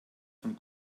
von